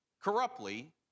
corruptly